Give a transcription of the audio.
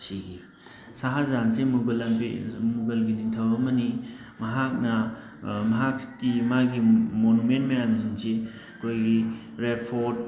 ꯁꯤꯈꯤ ꯁꯍꯥꯖꯍꯥꯟꯁꯤ ꯃꯨꯒꯜ ꯃꯨꯒꯜꯒꯤ ꯅꯤꯡꯊꯧ ꯑꯃꯅꯤ ꯃꯍꯥꯛꯅ ꯃꯍꯥꯛꯀꯤ ꯃꯥꯒꯤ ꯃꯣꯅꯨꯃꯦꯟ ꯃꯌꯥꯝꯁꯤꯡꯁꯤ ꯑꯩꯈꯣꯏꯒꯤ ꯔꯦꯠ ꯐꯣꯔꯠ